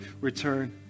return